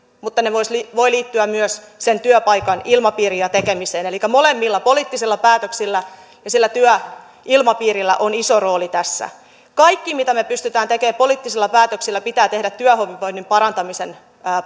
mutta se voi liittyä myös sen työpaikan ilmapiiriin ja tekemiseen elikkä molemmilla poliittisilla päätöksillä ja sillä työilmapiirillä on iso rooli tässä kaikki mitä me pystymme tekemään poliittisilla päätöksillä pitää tehdä työhyvinvoinnin parantamisen